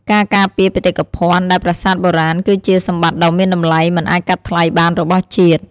ការការពារបេតិកភណ្ឌ ដែលប្រាសាទបុរាណគឺជាសម្បត្តិដ៏មានតម្លៃមិនអាចកាត់ថ្លៃបានរបស់ជាតិ។